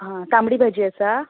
आ तांबडी भाजी आसा